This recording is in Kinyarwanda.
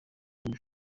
muri